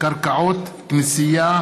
קרקעות כנסייה,